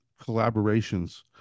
collaborations